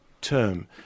term